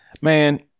Man